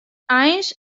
eins